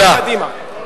גם קדימה.